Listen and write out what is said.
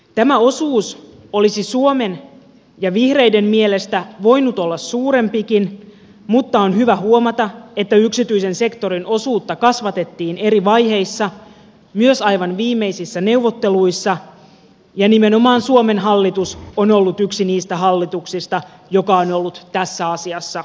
tämä osuus olisi suomen ja vihreiden mielestä voinut olla suurempikin mutta on hyvä huomata että yksityisen sektorin osuutta kasvatettiin eri vaiheissa myös aivan viimeisissä neuvotteluissa ja nimenomaan suomen hallitus on ollut yksi niistä hallituksista jotka ovat olleet tässä asiassa aktiivisia